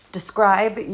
Describe